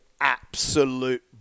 absolute